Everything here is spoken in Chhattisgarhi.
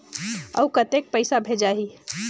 अउ कतेक पइसा भेजाही?